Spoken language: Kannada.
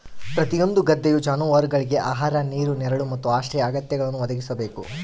ಪ್ರತಿಯೊಂದು ಗದ್ದೆಯು ಜಾನುವಾರುಗುಳ್ಗೆ ಆಹಾರ ನೀರು ನೆರಳು ಮತ್ತು ಆಶ್ರಯ ಅಗತ್ಯಗಳನ್ನು ಒದಗಿಸಬೇಕು